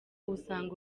usanga